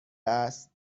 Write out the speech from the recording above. است